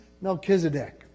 Melchizedek